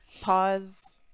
pause